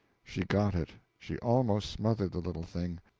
she got it she almost smothered the little thing.